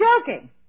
joking